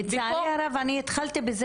ופה --- לצערי הרב אני התחלתי בזה